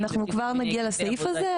אנחנו כבר נגיע לסעיף הזה,